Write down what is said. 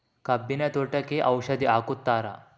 ಕಬ್ಬಿನ ತೋಟಕ್ಕೆ ಔಷಧಿ ಹಾಕುತ್ತಾರಾ?